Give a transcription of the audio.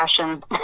passion